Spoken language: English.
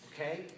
Okay